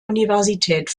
universität